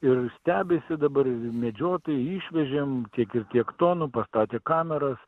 ir stebisi dabar ir medžiotojai išvežėm tiek ir tiek tonų pastatė kameras